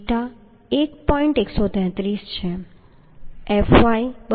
fy 250 છે